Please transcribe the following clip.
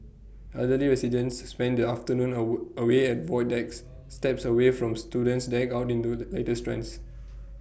elderly residents spend their afternoon A wood away at void decks steps away from students decked out in do the latest trends